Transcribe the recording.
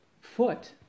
foot